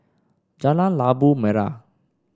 Jalan Labu Merah